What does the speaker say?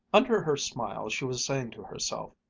under her smile she was saying to herself,